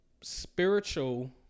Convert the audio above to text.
Spiritual